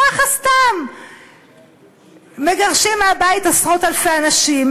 ככה סתם מגרשים מהבית עשרות אלפי אנשים,